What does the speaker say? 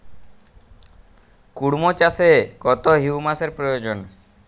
কুড়মো চাষে কত হিউমাসের প্রয়োজন?